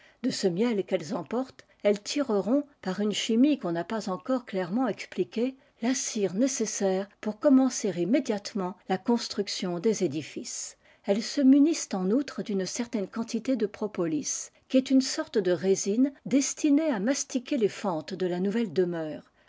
de ce miel qu'elles emportent elles tireront par une chimie qu'on n'a pas encore clairement expliquée la cire nécessaire pour commencer immédiatement la construction des édifices elles se munissent en outre d'une certaine quantité de propolis qui est une sorte de résine destinée à mastiquer les fentes de la nouvelle demeure